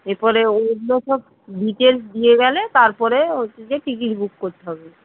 এরপরে অন্য সব ডিটেলস দিয়ে গেলে তারপরে হচ্ছে যে টিকিট বুক করতে হবে